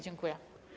Dziękuję.